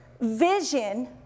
Vision